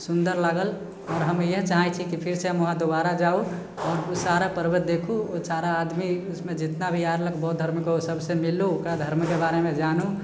सुन्दर लागल आओर हमे यही चाहै छी की हम फेरसँ वहाँ दुबारा जाउ आओर उ सारा पर्वत देखू उ सारा आदमी उसमे जितना भी आ रहलक बौद्ध धर्मके ओ सबसँ मिलू ओकरा धर्मके बारेमे जानू